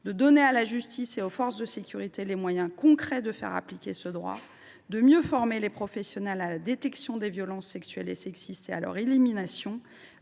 de donner à la justice et aux forces de sécurité les moyens concrets de faire appliquer ce droit, de mieux former les professionnels à la détection des violences sexuelles et sexistes et à leur élimination,